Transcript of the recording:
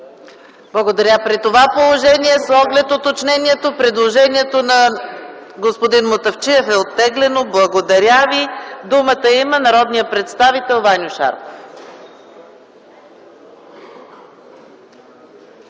Благодаря. При това положение, с оглед уточнението, предложението на господин Мутафчиев е оттеглено. Благодаря Ви. Думата има народният представител Ваньо Шарков.